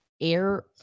air